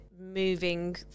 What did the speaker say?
moving